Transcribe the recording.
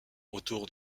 autour